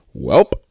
Welp